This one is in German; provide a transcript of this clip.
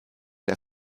der